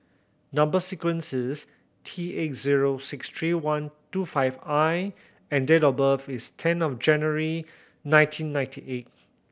number sequence is T eight zero six three one two five I and date of birth is ten of January nineteen ninety eight